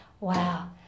Wow